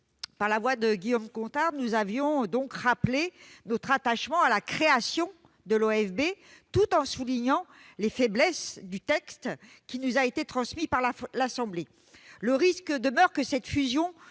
par la voix de Guillaume Gontard, nous avions marqué notre attachement à la création de l'OFB, tout en soulignant les faiblesses du texte qui nous a été transmis par l'Assemblée nationale. Le risque demeure que cette fusion